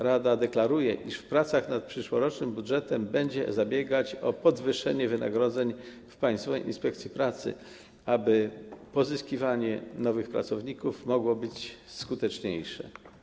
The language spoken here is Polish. Rada deklaruje, iż w pracach nad przyszłorocznym budżetem będzie zabiegać o podwyższenie wynagrodzeń w Państwowej Inspekcji Pracy, aby pozyskiwanie nowych pracowników mogło być skuteczniejsze.